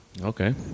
Okay